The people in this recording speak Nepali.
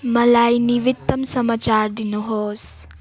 मलाई निवीत्तम समाचार दिनुहोस्